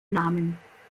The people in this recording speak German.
namen